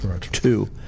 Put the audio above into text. two